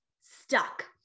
stuck